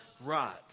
right